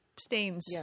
stains